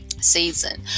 season